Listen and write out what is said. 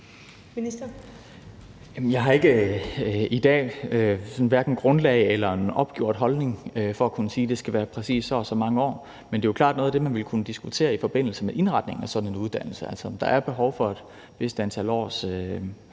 Jeg har i dag hverken grundlag eller en opgjort holdning for at kunne sige, at det skal være præcis så og så mange år, men det er jo klart noget af det, man ville kunne diskutere i forbindelse med indretningen af en sådan uddannelse – altså om der er behov for et vist antal års